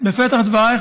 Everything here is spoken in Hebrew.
בפתח דבריי,